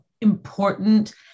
important